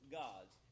gods